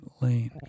lane